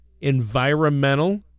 environmental